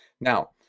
Now